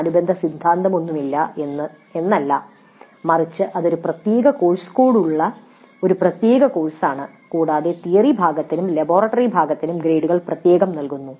അനുബന്ധ സിദ്ധാന്തമൊന്നുമില്ല എന്നല്ല മറിച്ച് ഇത് ഒരു പ്രത്യേക കോഴ്സ് കോഡുള്ള ഒരു പ്രത്യേക കോഴ്സാണ് കൂടാതെ തിയറി ഭാഗത്തിനും ലബോറട്ടറി ഭാഗത്തിനും ഗ്രേഡുകൾ പ്രത്യേകം നൽകുന്നു